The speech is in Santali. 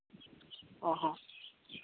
ᱚ ᱦᱚᱸ